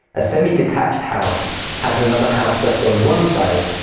a semi-detached house has another house just on one side,